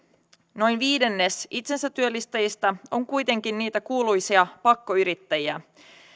noin viidennes itsensätyöllistäjistä on kuitenkin niitä kuuluisia pakkoyrittäjiä